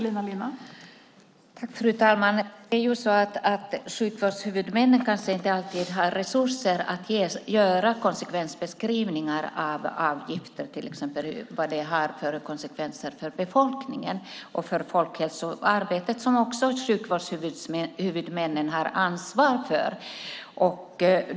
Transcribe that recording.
Fru talman! Sjukvårdshuvudmännen har kanske inte alltid resurser att göra beskrivningar av vad till exempel avgifter har för konsekvenser för befolkningen och för folkhälsoarbetet, som sjukvårdshuvudmännen också har ansvar för.